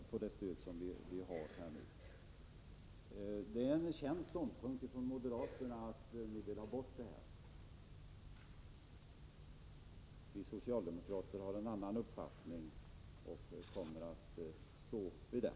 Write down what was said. Det är en känd ståndpunkt att moderaterna vill ha bort det här. Vi socialdemokrater har en annan uppfattning och kommer att stå för den.